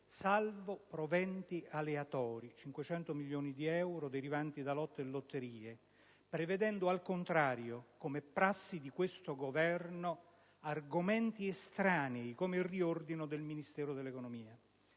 salvo proventi aleatori, 500 milioni di euro, derivanti da lotto e lotterie, prevedendo al contrario, come è prassi di questo Governo, argomenti estranei come il riordino del Ministero dell'economia.